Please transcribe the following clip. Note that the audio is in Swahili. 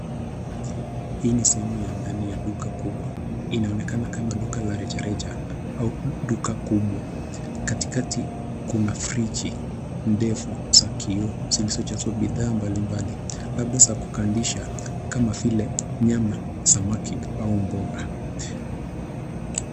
Hii ni sehemu ya ndani ya duka kubwa, inaonekana kama duka la rejareja au duka kubwa, katikati kuna friji ndefu za kioo zilizojazwa bidhaa mbalimbali labda za kukandisha kama vile nyama, samaki, au mboga.